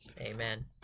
Amen